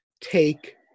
take